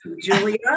Julia